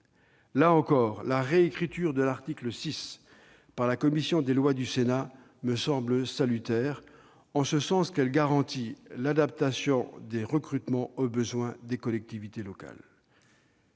Là encore, la réécriture de l'article 6 par la commission des lois du Sénat me semble salutaire en ce sens qu'elle garantit l'adaptation des recrutements aux besoins des collectivités locales.